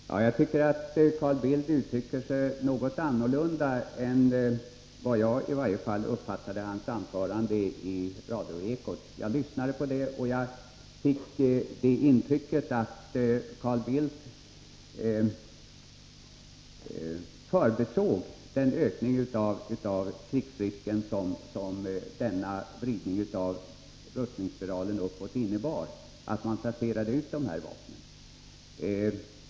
Fru talman! Jag tycker att Carl Bildt uttrycker sig något annorlunda än vad jag i varje fall uppfattade att han sade i sitt anförande i radioekot. Jag lyssnade på det och jag fick det intrycket att Carl Bildt förbisåg den ökning av krigsrisken som denna vridning uppåt av rustningsspiralen innebär, när man placerar ut dessa vapen.